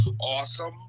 awesome